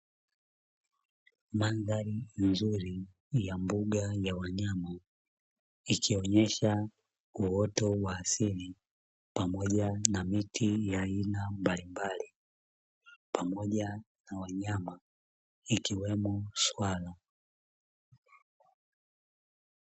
Mandhari nzuri ya mbuga ya wanyama, ikionyesha uoto wa asili pamoja na miti ya aina mbalimbali pamoja na wanyama ikiwemo swala.